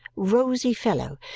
rosy fellow.